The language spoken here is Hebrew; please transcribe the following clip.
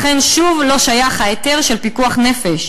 לכן שוב לא שייך ההיתר של פיקוח נפש.